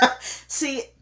See